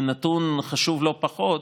ונתון חשוב לא פחות: